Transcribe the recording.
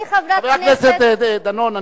חבר הכנסת דנון,